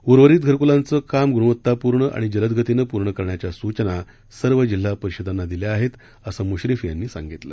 उर्वरित धरकलांचं काम ग्णवतापूर्ण आणि जलदगतीनं पूर्ण करण्याच्या सूचना सर्व जिल्हा परिषदांना दिल्या आहेत असं म्श्रीफ यांनी सांगितलं